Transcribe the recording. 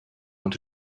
want